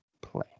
play